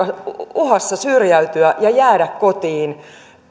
uhassa syrjäytyä ja jäädä kotiin usein